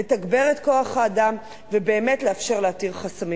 לתגבר את כוח-האדם ובאמת לאפשר להתיר חסמים.